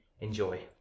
Enjoy